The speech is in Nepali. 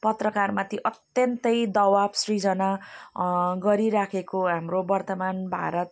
पत्रकारमाथि अत्यन्तै दबाव सृजना गरिराखेको हाम्रो वर्तमान भारत